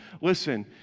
Listen